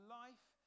life